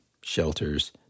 shelters